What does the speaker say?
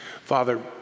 Father